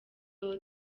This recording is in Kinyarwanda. www